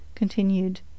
Continued